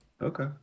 okay